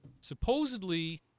supposedly